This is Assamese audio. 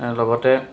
অঁ লগতে